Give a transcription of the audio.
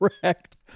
correct